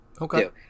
Okay